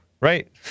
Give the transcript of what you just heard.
right